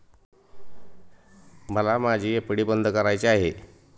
मला माझी एफ.डी बंद करायची आहे